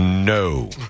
No